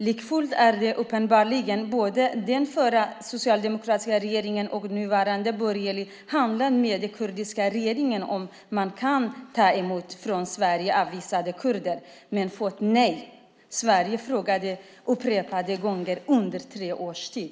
Likafullt har uppenbarligen både den förra socialdemokratiska regeringen och den nuvarande borgerliga regeringen förhandlat med den kurdiska regeringen om ifall man kan ta emot från Sverige avvisade kurder men fått nej. Sverige frågade upprepade gånger under tre års tid.